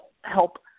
help